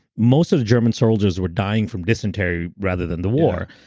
most of the german soldiers were dying from dysentery rather than the war.